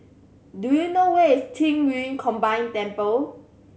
do you know where is Qing Yun Combined Temple